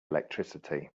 electricity